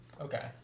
Okay